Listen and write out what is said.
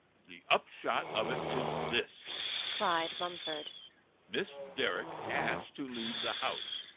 the upshot of it is this cried mumford miss derrick has to leave the house,